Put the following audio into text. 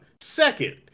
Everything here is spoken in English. Second